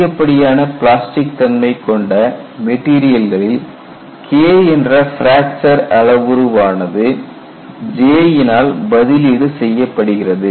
அதிகப்படியான பிளாஸ்டிக் தன்மை கொண்ட மெட்டீரியல்களில் K என்ற பிராக்சர் அளவுருவானது J னால் பதிலிடு செய்யப்படுகிறது